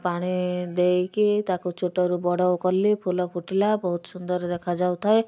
ପାଣି ଦେଇକି ତାକୁ ଛୋଟରୁ ବଡ଼ କଲି ଫୁଲ ଫୁଟିଲା ବହୁତ ସୁନ୍ଦର ଦେଖାଯାଉ ଥାଏ